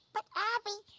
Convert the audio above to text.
but abby,